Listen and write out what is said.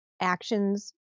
actions